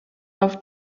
auf